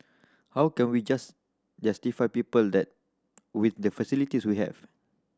how can we justify people that with the facilities we have